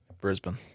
Brisbane